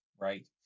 right